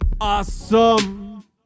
awesome